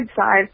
side